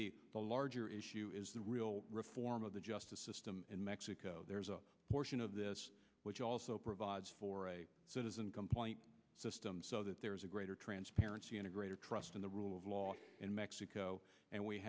think the larger issue is the real reform of the justice system in mexico there's a portion of this which also provides for a point system so that there is a greater transparency and a greater trust in the rule of law in mexico and we